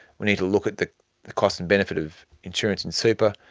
we need to look at the the cost and benefit of insurance and super,